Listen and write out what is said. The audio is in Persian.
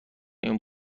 این